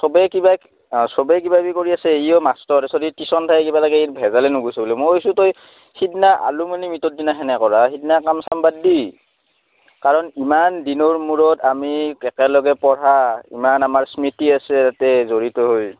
চবেই কিবা অঁ চবেই কিবাবি কৰি আছে ইও মাষ্টৰ এই টিউশ্যন থাকে কিবা থাকে ভেজালে নুগুছে বোলে মই কৈছোঁ তই সিদিনা এলুমিনি মিটৰ দিনা সেনে কৰা সিদিনা কাম চাম বাদ দি কাৰণ ইমান দিনৰ মূৰত আমি একেলগে পঢ়া ইমান আমাৰ স্মৃতি আছে ইয়াতে জড়িত হৈ